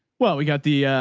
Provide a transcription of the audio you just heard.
well, we got the, ah,